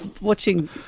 watching